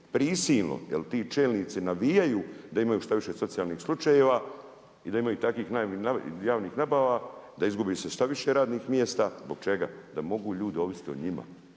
prisilno. Jer ti čelnici navijaju da imaju što više socijalnih slučajeva i da imaju takvih javnih nabava, da izgubi se što više radnih mjesta. Zbog čega? Da mogu ljudi ovisit o njima.